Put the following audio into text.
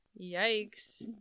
Yikes